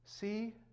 See